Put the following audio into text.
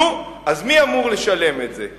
נו, אז מי אמור לשלם את זה?